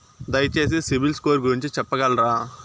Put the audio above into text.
దయచేసి సిబిల్ స్కోర్ గురించి చెప్పగలరా?